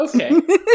Okay